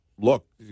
look